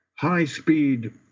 high-speed